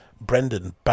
Brendan